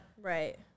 Right